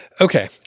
Okay